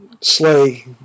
slay